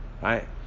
Right